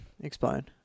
Explain